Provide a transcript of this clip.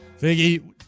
Figgy